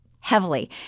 heavily